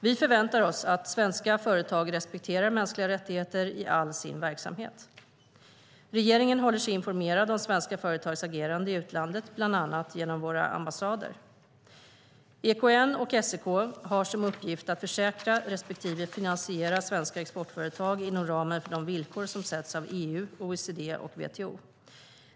Vi förväntar oss att svenska företag respekterar mänskliga rättigheter i all sin verksamhet. Regeringen håller sig informerad om svenska företags agerande i utlandet bland annat genom våra ambassader. EKN och SEK har som uppgift att försäkra respektive finansiera svenska exportföretag inom ramen för de villkor som sätts av EU, OECD och WTO.